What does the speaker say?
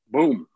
Boom